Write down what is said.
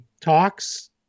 talks